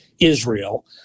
Israel